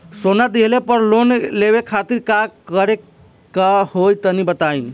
सोना दिहले पर लोन लेवे खातिर का करे क होई तनि बताई?